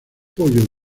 pollo